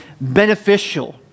beneficial